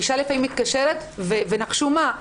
ונחשו מה,